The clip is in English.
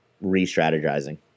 re-strategizing